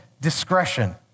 discretion